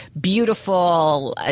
beautiful